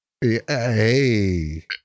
Hey